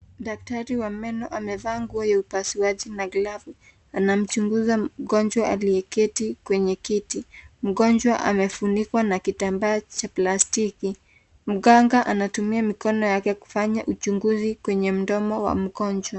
Daktari wa meno amevaa nguo ya upasuaji na glavu. Anamchunguza mgonjwa aliyeketi kwenye kiti. Mgonjwa amefunikwa na kitambaa cha plastiki. Mganga anatumia mikono yake kufanya uchunguzi kwenye mdomo wa mgonjwa.